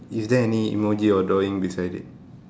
is there any emoji or drawing beside it